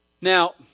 Now